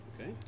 Okay